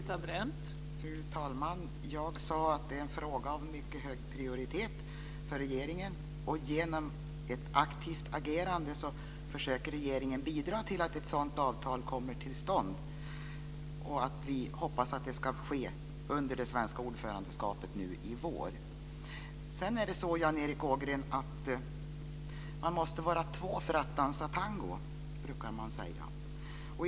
Fru talman! Jag sade att det är en fråga med mycket hög prioritet för regeringen. Genom ett aktivt agerande försöker regeringen bidra till att ett sådant avtal kommer till stånd. Vi hoppas att det ska ske under det svenska ordförandeskapet nu i vår. Sedan är det så, Jan Erik Ågren, att man måste vara två för att dansa tango, som man brukar säga.